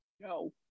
No